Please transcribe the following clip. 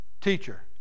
teacher